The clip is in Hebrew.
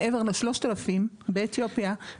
מעבר ל-3,000 באתיופיה,